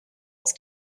auf